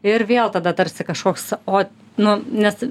ir vėl tada tarsi kažkoks o nu nes